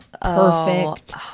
perfect